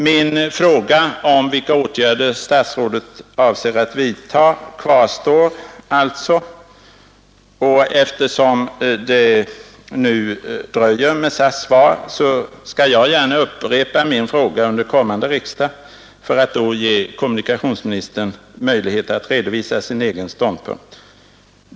Min fråga om vilka åtgärder statsrådet avser att vidta kvarstår alltså, och eftersom det dröjer med SAS:s svar skall jag gärna upprepa min fråga under kommande riksdag för att då ge kommunikationsministern möjlighet att redovisa sin egen ståndpunkt.